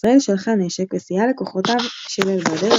ישראל שלחה נשק וסייעה לכוחותיו של אל באדר,